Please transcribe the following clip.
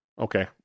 Okay